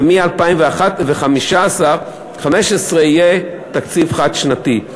ומ-2015 יהיה תקציב חד-שנתי.